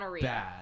bad